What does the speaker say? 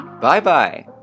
Bye-bye